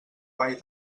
vall